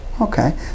Okay